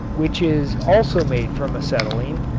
which is also made from acetylene,